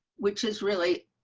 which is really,